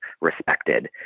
respected